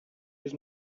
his